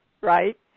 right